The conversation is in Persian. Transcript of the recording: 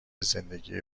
زندگی